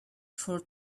for